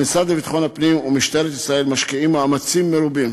המשרד לביטחון הפנים ומשטרת ישראל משקיעים מאמצים מרובים